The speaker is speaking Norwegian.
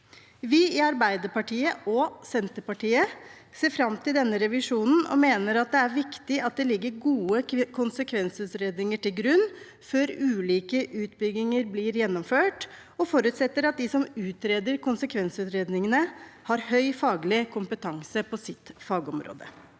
Vi i Arbeiderpartiet og Senterpartiet ser fram til denne revisjonen. Vi mener at det er viktig at det ligger gode konsekvensutredninger til grunn før ulike utbygginger blir gjennomført, og forutsetter at de som utreder konsekvensutredningene, har høy faglig kompetanse på sitt fagområde.